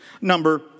number